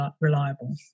reliable